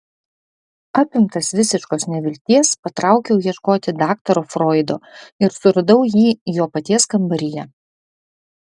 apimtas visiškos nevilties patraukiau ieškoti daktaro froido ir suradau jį jo paties kambaryje